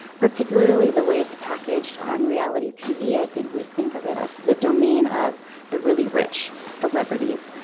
particularly, the way it's packaged on reality tv, i think we think of it as the domain of the really rich celebrities.